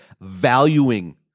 valuing